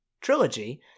trilogy